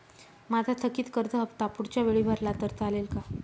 माझा थकीत कर्ज हफ्ता पुढच्या वेळी भरला तर चालेल का?